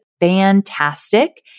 fantastic